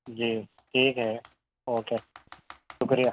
جی ٹھیک ہے اوکے شکریہ